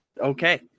okay